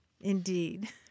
Indeed